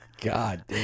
God